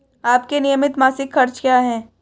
आपके नियमित मासिक खर्च क्या हैं?